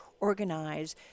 organize